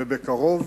ובקרוב